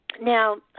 Now